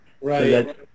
Right